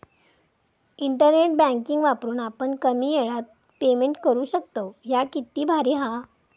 internet banking वापरून आपण कमी येळात पेमेंट करू शकतव, ह्या किती भारी हां